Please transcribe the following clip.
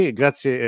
grazie